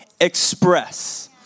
express